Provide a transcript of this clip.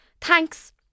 thanks